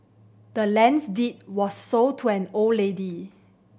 the land's deed was sold to the old lady